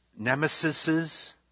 nemesises